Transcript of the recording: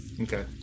Okay